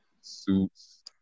suits